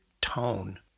tone